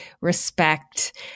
respect